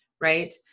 right